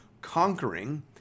conquering